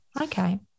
Okay